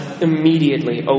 immediately